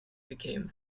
became